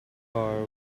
car